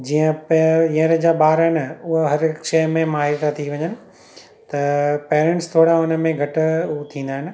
जीअं पे हीअंर जा ॿार आहिनि उहो हर हिक शइ में माहिर था थी वञनि त पैरेंट्स हुनमें घटि थींदा आहिनि